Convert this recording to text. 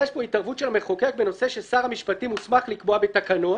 יש פה התערבות של המחוקק בנושא ששר המשפטים מוסמך לקבוע בתקנות.